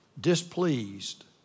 displeased